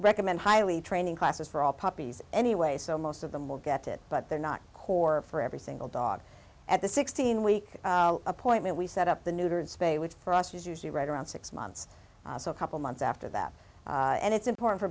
recommend highly training classes for all puppies anyway so most of them will get it but they're not core for every single dog at the sixteen week appointment we set up the neutered spayed which for us is usually right around six months so a couple months after that and it's important for